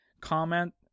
comment